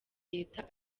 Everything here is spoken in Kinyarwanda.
leta